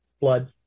Blood